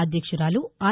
అధ్యక్షురాలు ఆర్